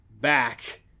back